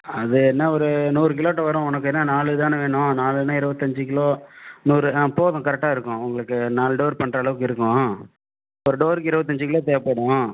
அது என்ன ஒரு நூறு கிலோகிட்ட வரும் உனக்கு என்ன நாலு தானே வேணும் நாலுன்னா இருவத்தஞ்சு கிலோ நூறு ஆ போதும் கரெக்டாக இருக்கும் உங்களுக்கு நாலு டோர் பண்ணுற அளவுக்கு இருக்கும் ஒரு டோருக்கு இருபத்தஞ்சி கிலோ தேவைப்படும்